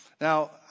Now